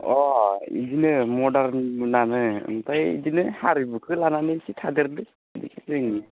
अ बेदिनो मडार्नआनो ओमफ्राय बिदिनो हारिमुखो लानानै इसे थादेरदो बेखौ जों